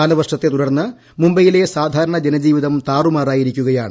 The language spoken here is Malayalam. കാലവർഷത്തെ തുടർന്ന് മുംബൈയിലെ സാധാരണ ജനജീവിതം താറുമാറായിരിക്കുകയാണ്